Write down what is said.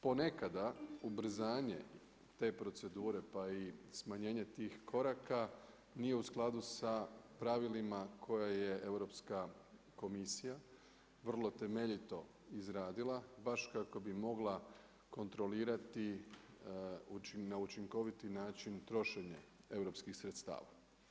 Ponekada ubrzanje te procedure, pa i smanjenje tih koraka nije u skladu sa pravilima koje je Europska komisija vrlo temeljito izradila, baš kako bi mogla kontrolirati na učinkoviti način trošenje europskih sredstava.